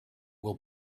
will